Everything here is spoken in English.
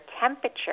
temperature